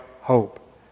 hope